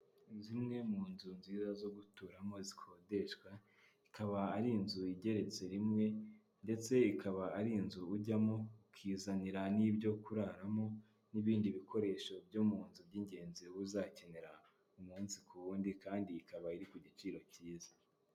Zimwe mu nzu nziza zo guturamo zikodeshwa ikaba ari inzu igeretse rimwe, ndetse ikaba ari inzu ujyamo ukizanira n'ibyo kuraramo n'ibindi bikoresho byo mu nzu by'ingenzi uzakenera umunsi ku wundi kandi ikaba iri ku giciro cyiza.